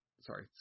sorry